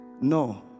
No